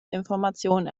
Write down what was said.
informationen